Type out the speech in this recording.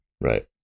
Right